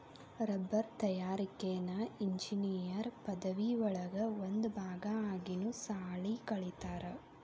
ರಬ್ಬರ ತಯಾರಿಕೆನ ಇಂಜಿನಿಯರ್ ಪದವಿ ಒಳಗ ಒಂದ ಭಾಗಾ ಆಗಿನು ಸಾಲಿ ಕಲಿತಾರ